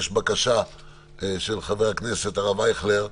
יש בקשה של חבר הכנסת הרב אייכלר לדבר.